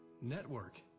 network